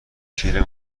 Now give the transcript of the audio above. شیر